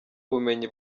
ubumenyi